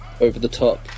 over-the-top